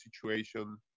situation